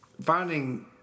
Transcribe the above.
finding